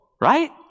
right